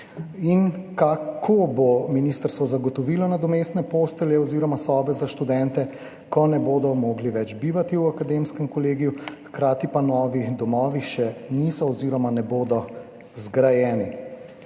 Kako bo ministrstvo zagotovilo nadomestne postelje oziroma sobe za študente, ko ne bodo mogli več bivati v Akademskem kolegiju, hkrati pa novi domovi še niso oziroma ne bodo zgrajeni?